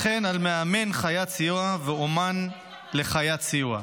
וכן על מאמן חיית סיוע ואומן לחיית סיוע.